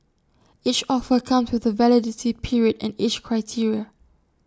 each offer comes with A validity period and age criteria